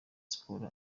sports